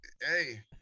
Hey